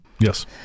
Yes